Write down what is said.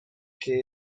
que